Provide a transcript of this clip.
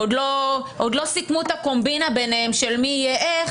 עוד לא סיכמו את הקומבינה ביניהם של מי יהיה איך,